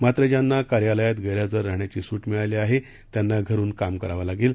मात्र ज्यांना कार्यालयात गृद्विजर रहाण्याची सूट मिळाली आहे त्यांना घरून काम करावं लागेल